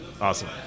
Awesome